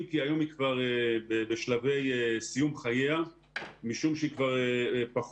אם כי היום היא כבר בשלבי סיום חייה משום שהיא